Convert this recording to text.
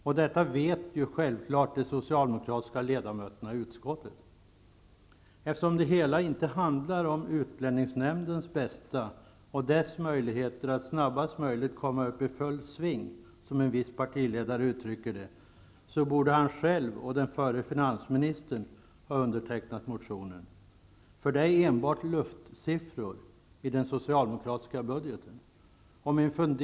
Och detta vet självfallet de socialdemokratiska ledamöterna i utskottet. Eftersom det hela inte handlar om utlänningsnämndens bästa och dess möjligheter att snabbast möjligt komma i full sving, som en viss partiledare uttrycker det, borde denne själv och den förre finansministern ha undertecknat motionen. Siffrorna i den socialdemokratiska budgeten är nämligen enbart luftsiffror.